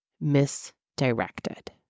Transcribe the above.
misdirected